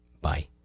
Bye